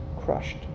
crushed